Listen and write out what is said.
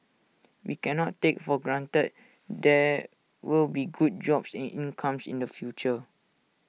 we cannot take for granted there will be good jobs and incomes in the future